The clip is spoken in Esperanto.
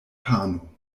pano